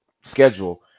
schedule